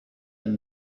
and